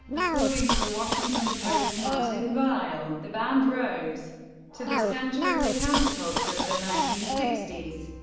according to the washington posts martin weil, the band rose to the center of the counterculture of the nineteen sixty s.